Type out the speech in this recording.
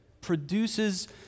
produces